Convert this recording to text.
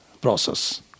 process